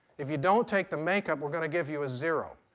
if you don't take the makeup, we're going to give you a zero.